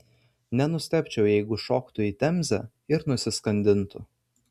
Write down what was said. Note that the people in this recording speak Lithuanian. nenustebčiau jeigu šoktų į temzę ir nusiskandintų